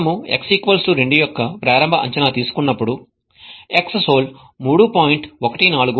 మనము x2 యొక్క ప్రారంభ అంచనా తీసుకున్నప్పుడు xSol 3